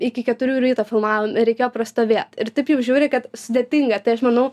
iki keturių ryto filmavom ir reikėjo prastovėt ir taip jau žiūri kad sudėtinga tai aš manau